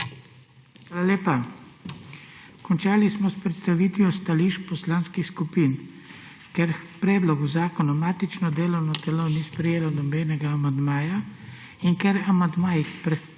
Hvala lepa. Končali smo s predstavitvijo stališč poslanskih skupin. Ker k predlogu zakona matično delovno telo ni sprejelo nobenega amandmaja in ker amandmaji